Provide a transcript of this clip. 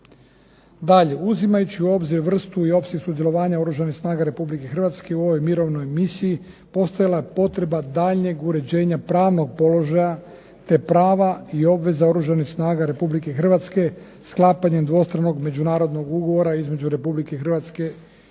Dalje, uzimajući u obzir vrstu i opseg sudjelovanja Oružanih snaga Republike Hrvatske u ovoj mirovnoj misiji postojala je potreba daljnjeg uređenja pravnog položaja, te prava i obveza Oružanih snaga Republike Hrvatske sklapanjem dvostranog međunarodnog ugovora između Republike Hrvatske i